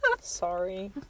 Sorry